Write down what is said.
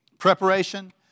Preparation